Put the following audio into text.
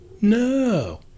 no